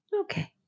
Okay